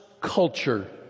culture